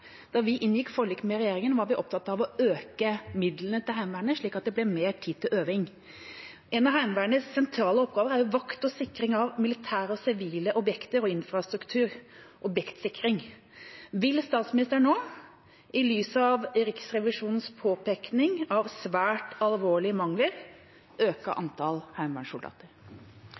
Da vi inngikk forlik med regjeringa, var vi opptatt av å øke midlene til Heimevernet, slik at det ble mer tid til øving. En av Heimevernets sentrale oppgaver er vakt og sikring av militære og sivile objekter og infrastruktur, objektsikring. Vil statsministeren nå, i lys av Riksrevisjonens påpeking av svært alvorlige mangler, øke antallet heimevernssoldater?